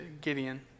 Gideon